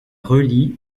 relie